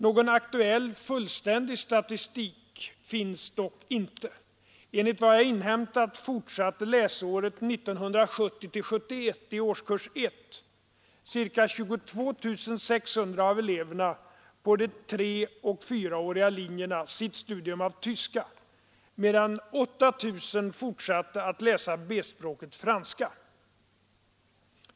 Någon aktuell, fullständig statistik finns dock inte. Enligt vad jag inhämtat fortsatte läsåret 1970/71 i årskurs 1 ca 22 600 av eleverna på de treoch fyraåriga linjerna sitt studium av tyska, medan 8 000 fortsatte att läsa B-språket franska.